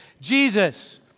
Jesus